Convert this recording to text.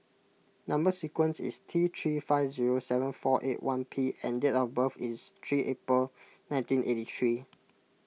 Number Sequence is T three five zero seven four eight one P and date of birth is three April nineteen eight three